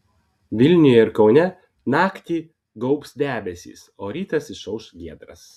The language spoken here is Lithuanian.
vilniuje ir kaune naktį gaubs debesys o rytas išauš giedras